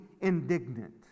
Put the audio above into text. indignant